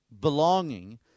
belonging